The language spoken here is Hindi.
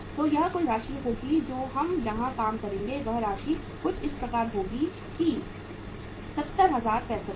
तो यह कुल राशि होगी जो हम यहां काम करेंगे वह राशि कुछ इस प्रकार होगी कि 70065 रु